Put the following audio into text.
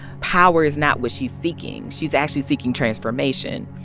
power is not what she's seeking. she's actually seeking transformation.